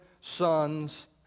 sons